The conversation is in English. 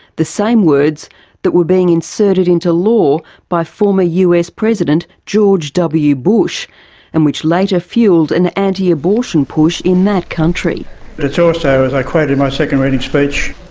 the same words that were being inserted into law by former us president george w bush and which later fuelled an anti-abortion push in that country. and it's also, as i quote in my second reading speech,